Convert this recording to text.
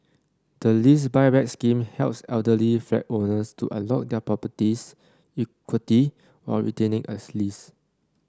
the Lease Buyback Scheme helps elderly flat owners to unlock their property's equity while retaining as lease